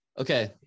Okay